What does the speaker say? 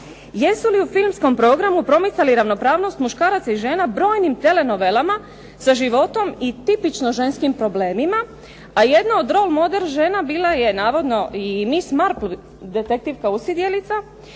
Jesu li u filmskom programu promicali ravnopravnost muškaraca i žena brojnim tv novelama za životom i tipično ženskim problemima, a jedna od .../Govornica se ne razumije./... žena bila je navodno i mis. Marpud detektivka usidjelica,